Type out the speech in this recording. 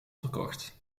verkocht